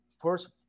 first